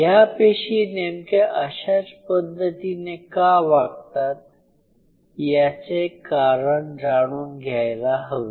या पेशी नेमक्या अशाच पद्धतीने का वागतात याचे कारण जाणून घ्यायला हवे